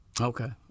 Okay